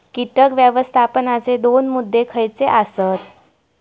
कीटक व्यवस्थापनाचे दोन मुद्दे खयचे आसत?